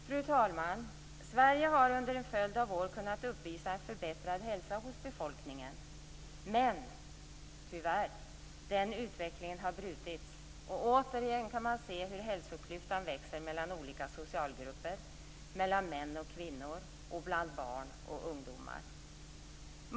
Fru talman! Sverige har under en följd av år kunnat uppvisa en förbättrad hälsa hos befolkningen. Men, tyvärr - den utvecklingen har brutits. Återigen kan man se hur hälsoklyftan växer mellan olika socialgrupper, mellan män och kvinnor och bland barn och ungdomar.